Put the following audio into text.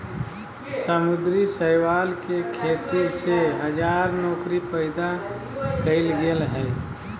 समुद्री शैवाल के खेती से हजार नौकरी पैदा कइल गेल हइ